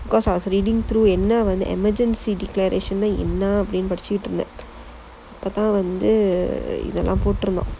because I was reading through and then I was emergency declaration என்னா படிச்சுகிட்டு இருந்தேன் அப்பதான் வந்து இதெல்லாம் போட்டு இருந்தான்:ennaa padichuttu irunthaen appathaan vanthu ithellaam pottu irunthaan